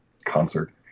concert